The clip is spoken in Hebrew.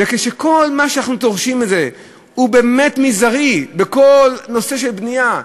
וכשכל מה שאנחנו דורשים הוא באמת מזערי בכל הנושא של בנייה,